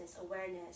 awareness